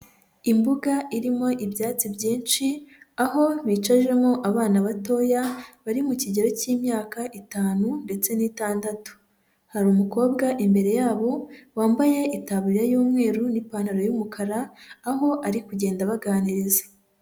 Imbuga irimo ibyatsi byinshi aho bicajemo abana batoya bari mu kigero cy'imyaka itanu ndetse n'itandatu, hari umukobwa imbere yabo wambaye itaburiya y'umweru n'ipantaro y'umukara aho ari kugenda abaganiriza.